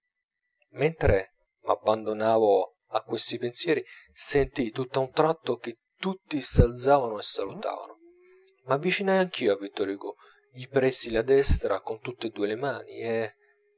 mentre m'abbandonavo a questi pensieri sentii tutt'a un tratto che tutti s'alzavano e salutavano m'avvicinai anch'io a vittor hugo gli presi la destra con tutt'e due le mani e